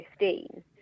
2015